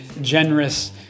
generous